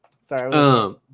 Sorry